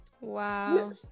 Wow